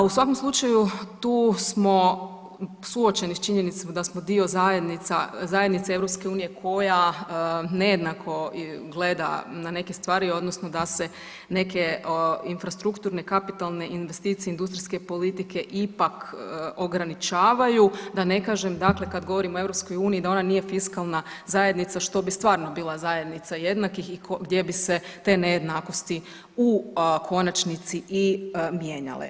U svakom slučaju tu smo suočeni s činjenicama da smo dio zajednica, zajednice EU koja nejednako gleda na neke stvari odnosno da se neke infrastrukturne kapitalne investicije industrijske politike ipak ograničavaju, da ne kažem dakle kad govorim o EU da ona nije fiskalna zajednica što bi stvarno bila zajednica jednakih i gdje bi se te nejednakosti u konačnici i mijenjale.